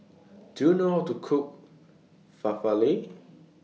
Do YOU know How to Cook